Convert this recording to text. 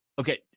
Okay